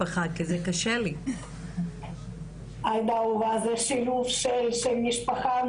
אני רוצה להתחיל עם נציגות משרד רשות האוכלוסין ממשרד הפנים,